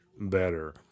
better